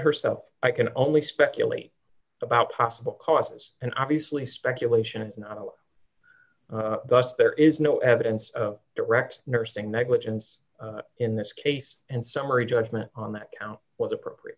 herself i can only speculate about possible causes and obviously speculation thus there is no evidence of direct nursing negligence in this case and summary judgment on that count was appropriate